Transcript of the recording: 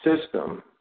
system